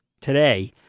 today